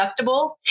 deductible